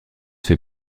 fait